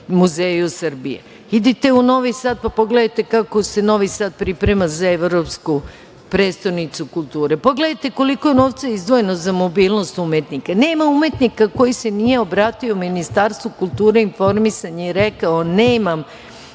muzeju Srbije. Idite u Novi Sad, pa pogledajte kako se Novi Sad priprema za evropsku prestonicu kulture. Pogledajte koliko je novca izdvojeno mobilnost umetnika. Nema umetnika koji se obratio Ministarstvu kulture i informisanja i rekao – nemam